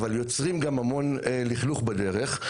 אבל יוצרים גם המון לכלוך בדרך.